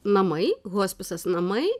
namai hospisas namai